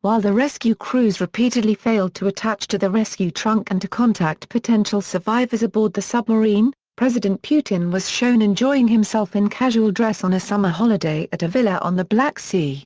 while the rescue crews repeatedly failed to attach to the rescue trunk and to contact potential survivors aboard the submarine, president putin was shown enjoying himself in casual dress on a summer holiday at a villa on the black sea.